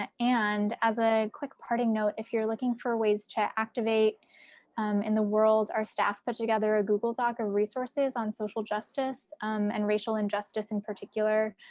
ah and as a quick parting note, if you're looking for ways to activate in the world, our staff put but together ah google doc of resources on social justice um and racial injustice in particular,